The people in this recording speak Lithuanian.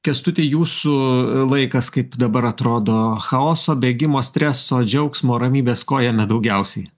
kęstuti jūsų laikas kaip dabar atrodo chaoso bėgimo streso džiaugsmo ramybės ko jame daugiausiai